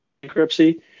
bankruptcy